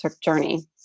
journey